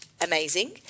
amazing